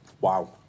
Wow